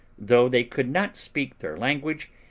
though they could not speak their language,